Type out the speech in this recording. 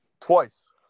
Twice